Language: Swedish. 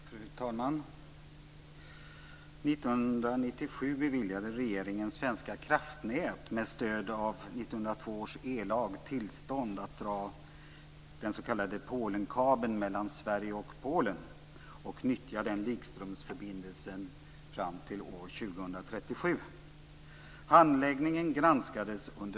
Fru talman! 1997 beviljade regeringen med stöd av 1902 års ellag Svenska kraftnät tillstånd att dra den s.k. Polenkablen mellan Sverige och Polen och nyttja den likströmsförbindelsen fram till år 2037.